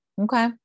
Okay